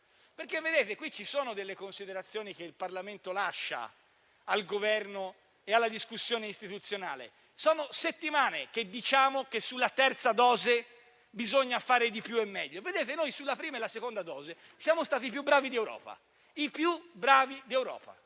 per il futuro. Ci sono infatti delle considerazioni che il Parlamento lascia al Governo e alla discussione istituzionale. Sono settimane che diciamo che sulla terza dose bisogna fare di più e meglio. Sulla prima e la seconda dose siamo stati i più bravi di Europa. Siamo stati i